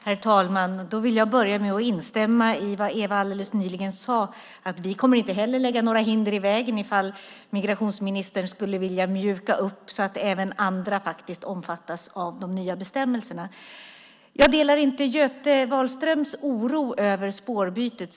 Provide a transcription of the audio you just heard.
Herr talman! Jag vill börja med att instämma i vad Eva alldeles nyss sade. Vi kommer inte heller att lägga några hinder i vägen ifall migrationsministern skulle vilja mjuka upp detta, så att även andra omfattas av de nya bestämmelserna. Jag delar inte Göte Wahlströms oro över spårbytet.